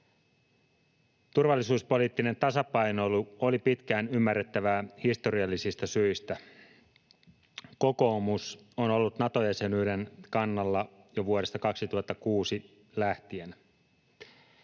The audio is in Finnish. Turvallisuuspoliittinen tasapainoilu oli pitkään ymmärrettävää historiallisista syistä. Kokoomus on ollut Nato-jäsenyyden kannalla jo vuodesta 2006 lähtien.